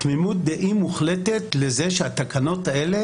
תמימות דעים מוחלטת לזה שהתקנות האלה